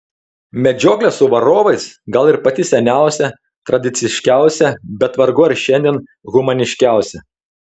medžioklė su varovais gal ir pati seniausia tradiciškiausia bet vargu ar šiandien humaniškiausia